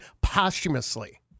posthumously